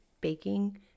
baking